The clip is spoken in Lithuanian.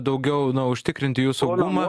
daugiau no užtikrinti jų saugumą